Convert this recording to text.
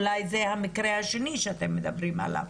אולי זה המקרה השני שאתם מדברים עליו,